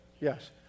Yes